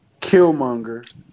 Killmonger